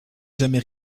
jamais